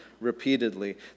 repeatedly